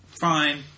fine